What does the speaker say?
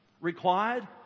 required